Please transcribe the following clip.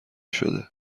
شده